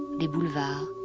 the boulevards,